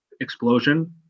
explosion